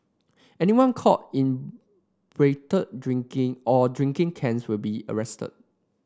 anyone caught inebriated drinking or drinking cans will be arrested